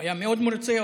הוא היה מאוד מרוצה.